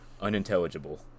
Unintelligible